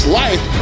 life